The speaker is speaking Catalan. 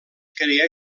creia